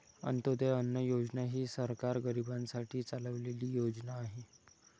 अंत्योदय अन्न योजना ही सरकार गरीबांसाठी चालवलेली योजना आहे